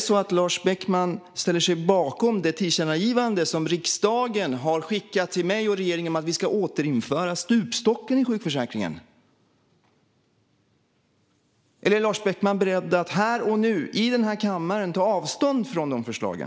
Ställer Lars Beckman sig bakom det tillkännagivande som riksdagen har skickat till mig och regeringen om att återinföra stupstocken i sjukförsäkringen? Eller är Lars Beckman beredd att här och nu, i denna kammare, ta avstånd från de förslagen?